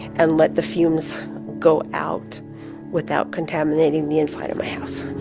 and let the fumes go out without contaminating the inside of my house